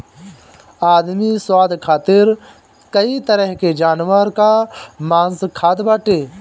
आदमी स्वाद खातिर कई तरह के जानवर कअ मांस खात बाटे